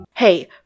Hey